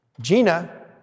Gina